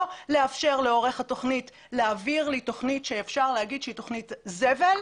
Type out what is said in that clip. לא לאפשר לעורך התוכנית להעביר לי תוכנית שאפשר להגיד שהיא תוכנית זבל,